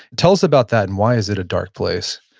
tell us about that, and why is it a dark place?